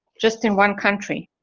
just in one country.